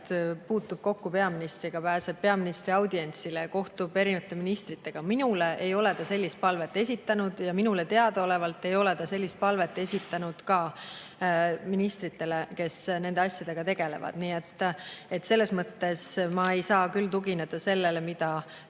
pidevalt kokku peaministriga, pääseb peaministri audientsile, kohtub erinevate ministritega. Minule ei ole ta sellist palvet esitanud ja minule teadaolevalt ei ole ta sellist palvet esitanud ka ministritele, kes nende asjadega tegelevad. Nii et selles mõttes ma ei saa küll tugineda sellele, mida